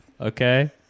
okay